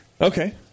Okay